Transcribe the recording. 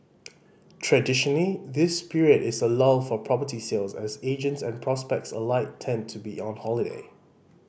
traditionally this period is a lull for property sales as agents and prospects alike tend to be on holiday